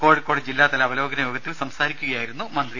കോഴിക്കോട് ജില്ലാ തല അവലോകന യോഗത്തിൽ സംസാരിക്കുകയായിരുന്നു മന്ത്രി